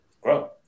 grow